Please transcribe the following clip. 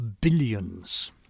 billions